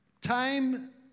time